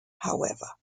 however